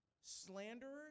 Slanderers